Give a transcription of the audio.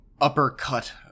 uppercut